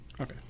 okay